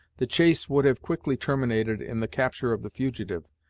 the chase would have quickly terminated in the capture of the fugitive,